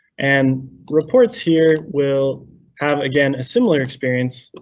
and reports here will have, again, a similar experience,